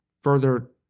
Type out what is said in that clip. further